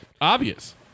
Obvious